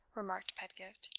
remarked pedgift.